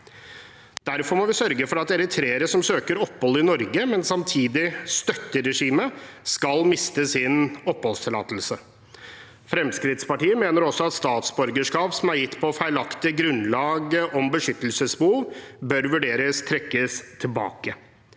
Derfor må vi sørge for at eritreere som søker opphold i Norge, men samtidig støtter regimet, mister sin oppholdstillatelse. Fremskrittspartiet mener også at statsborgerskap som er feilaktig gitt på grunnlag av beskyttelsesbehov, bør vurderes trukket tilbake.